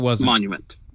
monument